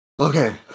okay